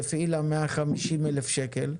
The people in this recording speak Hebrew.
שהפעילה מאה חמישים אלף שקל,